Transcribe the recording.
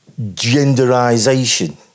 genderisation